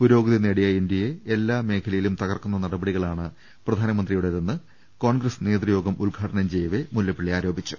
പുരോഗതി നേടിയ ഇന്ത്യയെ എല്ലാ മേഖലയിലും തകർക്കുന്ന നട പടികളാണ് പ്രധാനമന്ത്രിയുടെതെന്നും കോൺഗ്രസ് നേതൃയോഗം ഉദ്ഘാടനം ചെയ്യവെ മുല്ലപ്പളളി പറഞ്ഞു